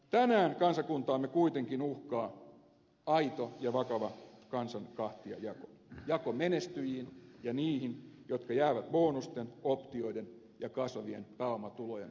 tänään kansakuntaamme kuitenkin uhkaa aito ja vakava kansan kahtiajako jako menestyjiin ja niihin jotka jäävät bonusten optioiden ja kasvavien pääomatulojen ulkopuolelle